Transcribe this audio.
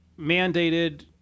mandated